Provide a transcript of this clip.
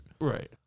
Right